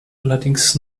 allerdings